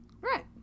right